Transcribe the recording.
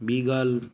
ॿी ॻाल्हि